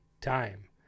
time